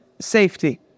safety